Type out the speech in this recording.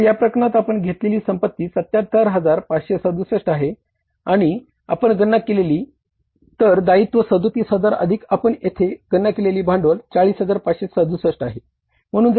तर या प्रकरणात आपण घेतलेली संपत्ती 77567 आहे आणि आपण गणना केली तर दायित्व 37000 अधिक आपण येथे गणना केलेली भांडवल 40567 आहे